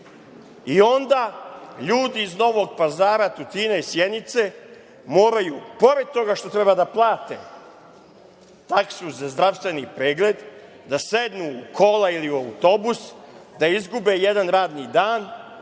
ljudi iz Novog Pazara, Tutina, Sjenice, moraju pored toga što treba da plate taksu za zdravstveni pregled, da sednu u kola ili u autobus, da izgube jedan radni dan,